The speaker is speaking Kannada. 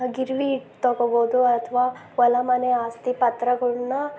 ಗಿರವಿ ಇಟ್ಟು ತೊಗೋಬೌದು ಅಥವಾ ಹೊಲ ಮನೆ ಆಸ್ತಿ ಪತ್ರಗಳ್ನ